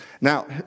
Now